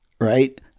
right